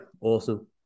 awesome